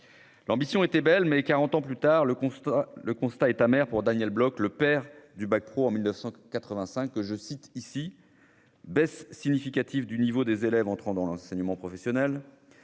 L'ambition était belle, mais, quarante ans plus tard, le constat est amer pour Daniel Bloch, « père » du bac pro en 1985, que je cite :« baisse significative du niveau des élèves entrant dans l'enseignement professionnel »,